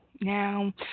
Now